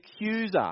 accuser